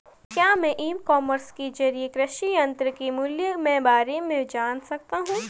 क्या मैं e commerce के ज़रिए कृषि यंत्र के मूल्य में बारे में जान सकता हूँ?